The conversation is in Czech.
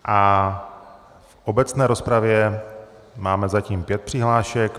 V obecné rozpravě máme zatím pět přihlášek.